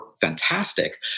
fantastic